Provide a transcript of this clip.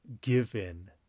given